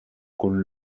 con